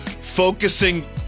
focusing